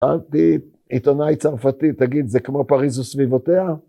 שאלתי עיתונאי צרפתי, ‫תגיד, זה כמו פריז וסביבותיה?